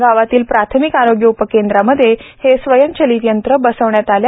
गावातील प्राथमिक आरोग्य उपकेंद्रामध्ये हे स्वयंचलीत यंत्र बसविण्यात आले आहे